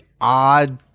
odd